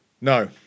No